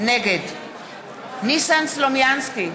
נגד ניסן סלומינסקי,